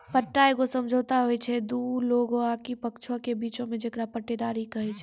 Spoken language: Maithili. पट्टा एगो समझौता होय छै दु लोगो आकि पक्षों के बीचो मे जेकरा पट्टेदारी कही छै